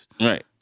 Right